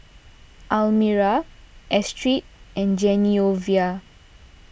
Almyra Astrid and Genoveva